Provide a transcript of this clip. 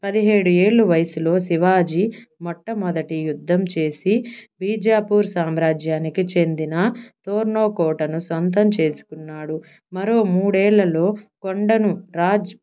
పదిహేడు ఏళ్ళ వయసులో శివాజీ మొట్టమొదట యుద్ధం చేసి బీజాపూర్ సామ్రాజ్యానికి చెందిన పూర్ణోకోటను సొంతం చేసుకున్నాడు మరో మూడేళ్లలో కొండను రాజ్